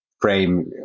frame